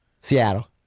Seattle